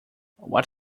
what